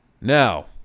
Now